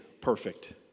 perfect